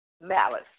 malice